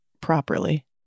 properly